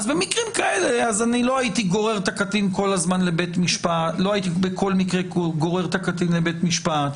אז במקרים כאלה לא הייתי גורר את הקטין בכל מקרה לבית משפט,